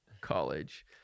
college